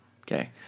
okay